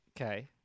Okay